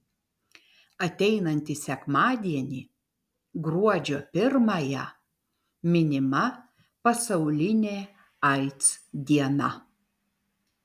ateinantį sekmadienį gruodžio pirmąją minima pasaulinė aids diena